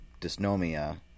Dysnomia